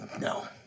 No